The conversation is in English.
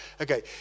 Okay